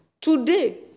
Today